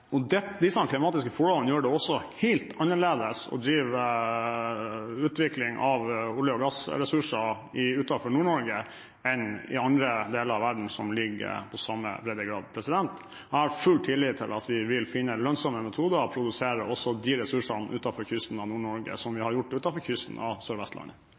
Disse klimatiske forholdene gjør det også helt annerledes å drive utvikling av olje- og gassressurser utenfor Nord-Norge enn i andre deler av verden som ligger på samme breddegrad. Jeg har full tillit til at vi vil finne lønnsomme metoder å produsere også ressursene utenfor kysten av Nord-Norge, som vi har gjort utenfor kysten av